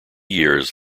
years